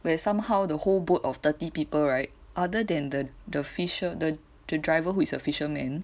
where somehow the whole boat of thirty people right other than the the fisher the driver who is a fisherman